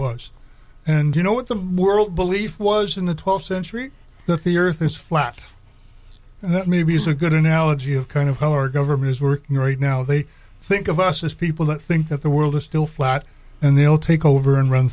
was and you know what the world belief was in the twelfth century the theory is this flat and that maybe is a good analogy of kind of how our government is working right now they think of us as people that think that the world is still flat and they'll take over and run